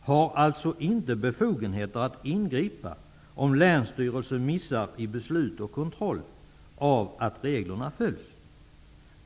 har alltså inte befogenheter att ingripa om länsstyrelserna gör missar när det gäller beslut och kontroll av att reglerna följs.